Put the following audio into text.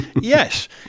Yes